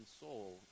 soul